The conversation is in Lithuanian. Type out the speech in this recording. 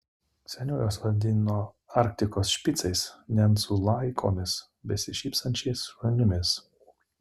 seniau juos vadino arktikos špicais nencų laikomis besišypsančiais šunimis